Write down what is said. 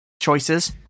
choices